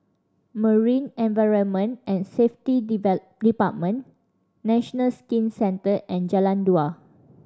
Marine Environment and Safety Department National Skin Centre and Jalan Dua